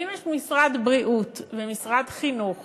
ואם יש משרד בריאות ומשרד חינוך